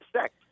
sex